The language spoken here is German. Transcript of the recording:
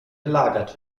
gelagert